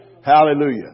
Hallelujah